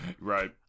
right